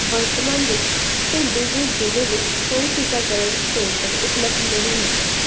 ਵਰਤਮਾਨ ਵਿੱਚ ਢਿੰਡੀਗੁਲ ਜ਼ਿਲ੍ਹੇ ਵਿੱਚ ਕੋਈ ਟੀਕਾਕਰਨ ਕੇਂਦਰ ਉਪਲਬਧ ਨਹੀਂ ਹਨ